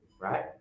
right